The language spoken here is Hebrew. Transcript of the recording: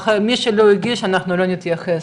מי שלא הגיש אנחנו לא נתייחס.